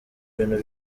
ibintu